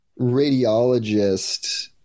radiologist